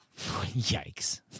Yikes